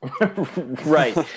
right